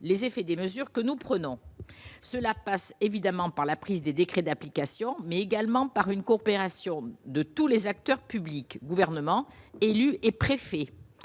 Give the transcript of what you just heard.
les effets des mesures que nous prenons cela passe évidemment par la prise des décrets d'applications, mais également par une coopération de tous les acteurs publics, gouvernements, élus et préfets